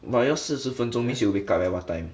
but 要四十分钟 means you wake up at what time